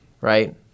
Right